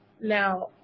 Now